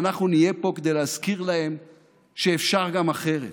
ואנחנו נהיה פה כדי להזכיר להם שאפשר גם אחרת.